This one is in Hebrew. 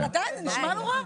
כן, אבל עדיין זה נשמע נורא.